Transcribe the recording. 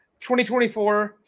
2024